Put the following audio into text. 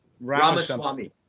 Ramaswamy